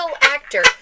actor